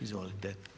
Izvolite.